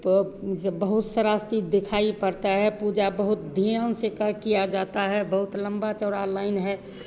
तो मतलब बहुत सरा चीज़ दिखाई पड़ता है पूजा बहुत ध्यान से कर किया जाता है बहुत लंबा चौड़ा लाइन है